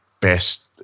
best